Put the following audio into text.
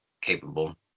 capable